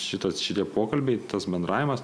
šitas šitie pokalbiai tas bendravimas